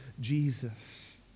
Jesus